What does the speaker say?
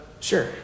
Sure